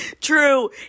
True